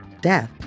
death